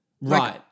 Right